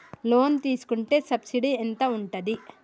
Loan తీసుకుంటే subsidy ఎంత ఉంటది?